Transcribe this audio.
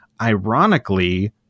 ironically